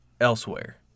elsewhere